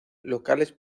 locales